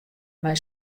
mei